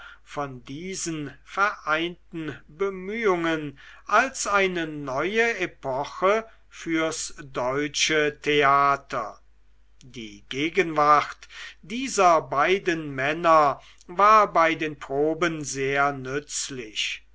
von diesen vereinten bemühungen als eine neue epoche fürs deutsche theater die gegenwart dieser beiden männer war bei den proben sehr nützlich